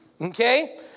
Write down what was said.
Okay